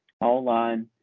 online